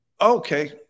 Okay